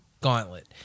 gauntlet